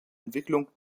entwicklung